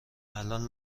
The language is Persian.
الان